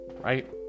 right